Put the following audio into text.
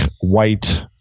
white